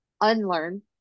unlearn